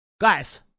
guys